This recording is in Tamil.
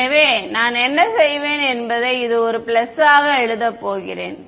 எனவே நான் என்ன செய்வேன் என்பது இதை ஒரு பிளஸாக எழுதப் போகிறேன்